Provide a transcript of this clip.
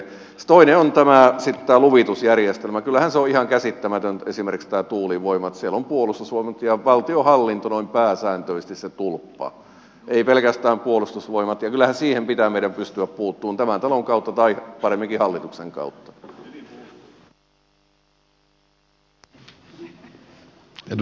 kyllähän se on ihan käsittämätöntä esimerkiksi tämä tuulivoima että siellä on puolustusvoimat ja valtionhallinto noin pääsääntöisesti se tulppa ei pelkästään puolustusvoimat ja kyllähän siihen pitää meidän pystyä puuttumaan tämän talon kautta tai paremminkin hallituksen kautta